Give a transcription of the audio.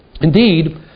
Indeed